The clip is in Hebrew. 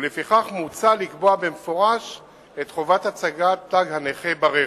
ולפיכך מוצע לקבוע במפורש את חובת הצגת תג הנכה ברכב.